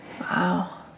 Wow